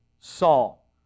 Saul